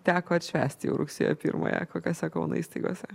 teko atšvęst jau rugsėjo pirmąją kokiose kauno įstaigose